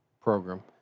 program